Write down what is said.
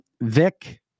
Vic